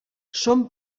són